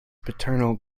paternal